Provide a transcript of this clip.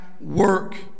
work